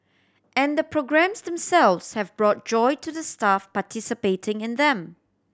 and the programmes themselves have brought joy to the staff participating in them